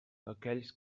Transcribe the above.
aquells